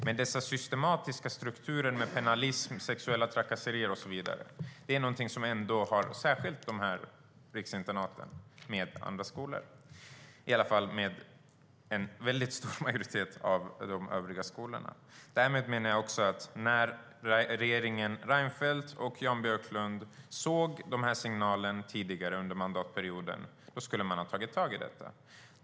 Men dessa systematiska strukturer med pennalism, sexuella trakasserier och så vidare är något som finns särskilt på riksinternaten jämfört med en stor majoritet av övriga skolor. När regeringen Reinfeldt och Jan Björklund såg signalerna tidigare under mandatperioden skulle de ha tagit tag i dem.